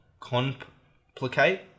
complicate